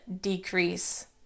decrease